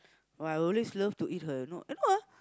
oh I always love to eat her you know ah